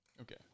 Okay